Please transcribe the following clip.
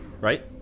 right